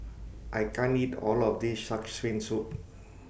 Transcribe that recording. I can't eat All of This Shark's Fin Soup